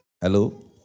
Hello